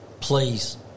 Please